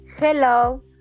Hello